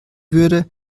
würde